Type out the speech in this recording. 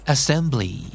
Assembly